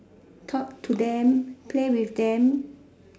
talk to them play with them